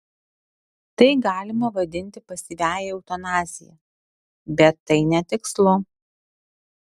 tai galima vadinti pasyviąja eutanazija bet tai netikslu